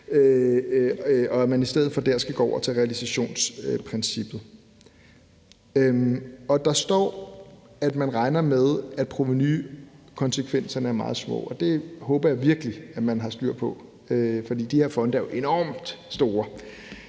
skal man i stedet for gå over til realisationsprincippet. Der står, at man regner med, at provenukonsekvenserne er meget små, og det håber jeg virkelig at man har styr på, for de her fonde er jo enormt store.